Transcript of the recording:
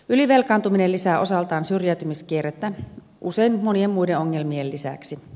ylivelkaantuminen lisää osaltaan syrjäytymiskierrettä usein monien muiden ongelmien lisäksi